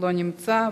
לא נמצא,